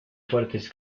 fuertes